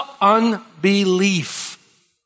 unbelief